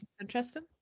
interesting